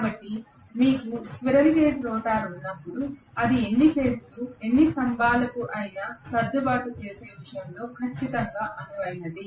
కాబట్టి మీకు squirrel cage rotor ఉన్నప్పుడు అది ఎన్ని ఫేజ్కు ఎన్ని స్తంభాలకు అయినా సర్దుబాటు చేసే విషయంలో ఖచ్చితంగా అనువైనది